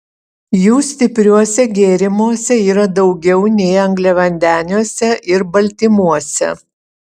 jų stipriuose gėrimuose yra daugiau nei angliavandeniuose ir baltymuose